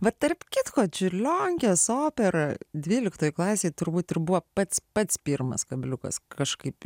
va tarp kitko čiurlionkės opera dvyliktoj klasėje turbūt ir buvo pats pats pirmas kabliukas kažkaip